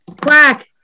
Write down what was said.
Quack